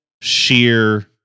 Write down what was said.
sheer